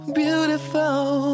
beautiful